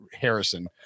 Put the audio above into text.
Harrison